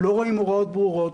לא רואים הוראות ברורות.